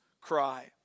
cry